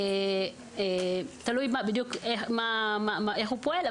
תלוי איך הוא פועל,